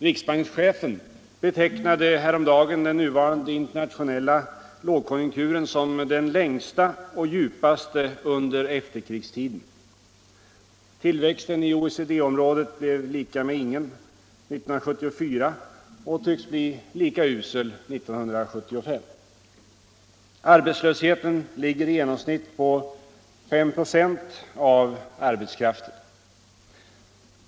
Riksbankschefen betecknade häromdagen den nuvarande internationella lågkonjunkturen som den längsta och djupaste under efterkrigstiden. Tillväxten i OECD-området blev lika med ingen 1974 och tycks bli lika usel 1975. Arbetslösheten ligger i genomsnitt på 5 96 av arbetskraften.